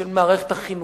למערכת החינוך,